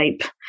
type